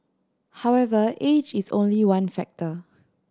however age is only one factor